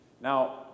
Now